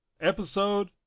episode